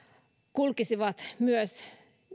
kulkisivat myös